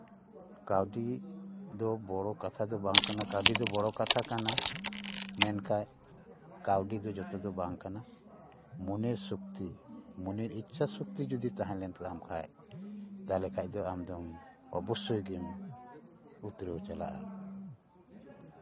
ᱠᱟᱹᱣᱰᱤ ᱫᱚ ᱵᱚᱲᱚ ᱠᱟᱛᱷᱟ ᱫᱚ ᱵᱟᱝ ᱠᱟᱱᱟ ᱠᱟᱹᱣᱰᱤ ᱫᱚ ᱵᱚᱲᱚ ᱠᱟᱛᱷᱟ ᱠᱟᱱᱟ ᱢᱮᱱᱠᱷᱟᱡ ᱠᱟᱹᱣᱰᱤ ᱫᱚ ᱡᱚᱛᱚ ᱫᱚ ᱵᱟᱝ ᱠᱟᱱᱟ ᱢᱚᱱᱮᱨ ᱥᱚᱠᱛᱤ ᱢᱚᱱᱮᱨ ᱤᱪᱪᱷᱟ ᱥᱚᱠᱛᱤ ᱡᱩᱫᱤ ᱛᱟᱦᱮᱸ ᱞᱮᱱ ᱛᱟᱢ ᱠᱷᱟᱡ ᱛᱟᱦᱚᱞᱮ ᱠᱷᱟᱡ ᱫᱚ ᱟᱢ ᱫᱚᱢ ᱚᱵᱚᱥᱥᱳᱭ ᱜᱮᱢ ᱩᱛᱨᱟᱹᱣ ᱪᱟᱞᱟᱜᱼᱟ